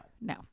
No